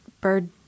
Bird